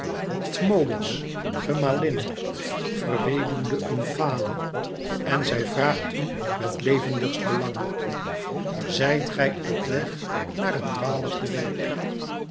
tmolos gemalinne verweduwde omfale en zij vraagt u met levendigst belang zijt gij op weg naar het twaalfde werk